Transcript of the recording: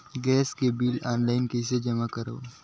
Gas के bill online कइसे जमा करव?